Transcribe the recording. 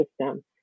system